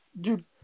dude